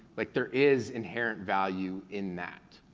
like there is inherent value in that.